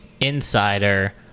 insider